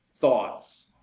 thoughts